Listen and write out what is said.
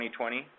2020